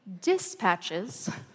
dispatches